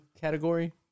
category